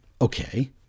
Okay